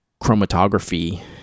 chromatography